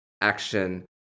action